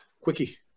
quickie